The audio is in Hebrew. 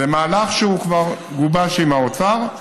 זה מהלך שכבר גובש עם האוצר.